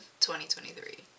2023